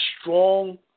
strong